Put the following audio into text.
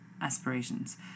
aspirations